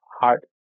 heart